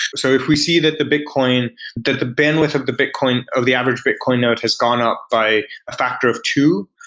so if we see that the bitcoin that the bandwidth of the bitcoin, of the average bitcoin node has gone up by a factor of two,